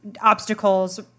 obstacles